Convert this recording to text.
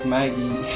Maggie